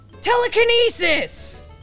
telekinesis